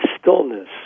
stillness